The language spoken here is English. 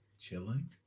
chilling